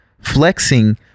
flexing